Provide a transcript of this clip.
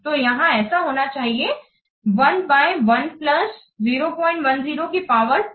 तो यहां ऐसे होना चाहिए 1 बाय 1 प्लस 010 की पावर 2